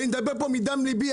אני מדבר פה מדם ליבי.